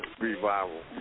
revival